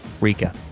Rika